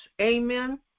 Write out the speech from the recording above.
Amen